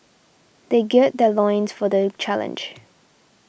they gird their loins for the challenge